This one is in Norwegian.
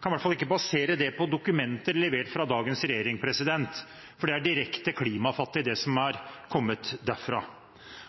kan i hvert fall ikke basere det på dokumenter levert fra dagens regjering, for det er direkte klimafattig, det som har kommet derfra.